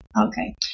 Okay